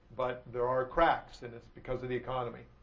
but there are cracks and it's because of the economy.